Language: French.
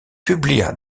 publia